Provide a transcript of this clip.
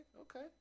okay